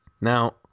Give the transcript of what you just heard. now